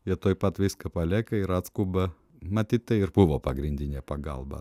jie tuoj pat viską palieka ir atskuba matyt tai ir buvo pagrindinė pagalba